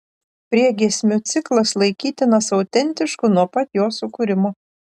priegiesmių ciklas laikytinas autentišku nuo pat jo sukūrimo